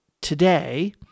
today